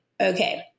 Okay